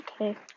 okay